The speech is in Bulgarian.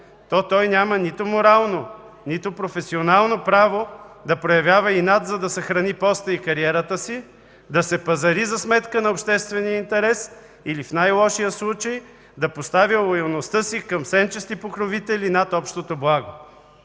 то той няма нито морално, нито професионално право да проявява инат, за да съхрани поста и кариерата си, да се пазари за сметка на обществения интерес или в най-лошия случай да поставя лоялността си към сенчести покровители над общото благо.